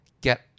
get